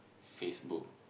Facebook